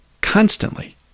constantly